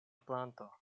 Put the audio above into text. planto